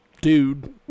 dude